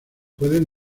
pueden